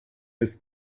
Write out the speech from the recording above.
ist